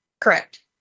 correct